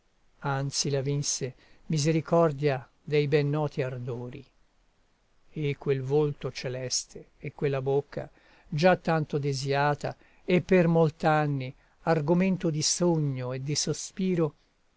anzi la vinse misericordia dei ben noti ardori e quel volto celeste e quella bocca già tanto desiata e per molt'anni argomento di sogno e di sospiro